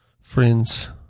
friends